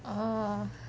oh